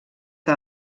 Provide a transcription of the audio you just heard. que